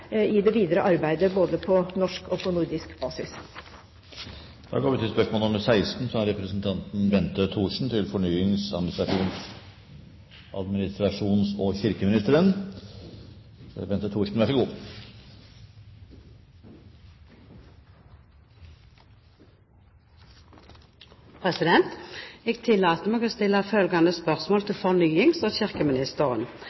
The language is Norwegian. i det videre arbeidet både på norsk og på nordisk basis. Stortinget går da til spørsmål 15. Dette spørsmålet er utsatt til neste spørretime. Jeg tillater meg å stille følgende spørsmål til fornyings-, administrasjons- og kirkeministeren: